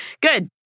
good